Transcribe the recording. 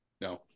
No